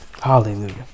Hallelujah